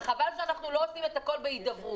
וחבל שאנחנו לא עושים את הכול בהידברות.